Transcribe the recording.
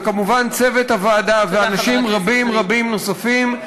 וכמובן צוות הוועדה ואנשים רבים רבים נוספים,